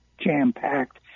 jam-packed